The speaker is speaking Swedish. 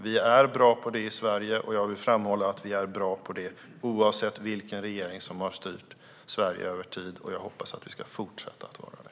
Vi är bra på det i Sverige, och jag vill framhålla att vi har varit bra på det oavsett vilken regering som har styrt. Jag hoppas att vi ska fortsätta att vara det.